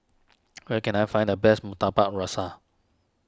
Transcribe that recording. where can I find the best Murtabak Rusa